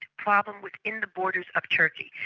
problem within the borders of turkey.